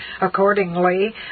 Accordingly